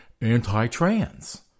anti-trans